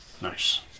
Nice